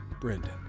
Brendan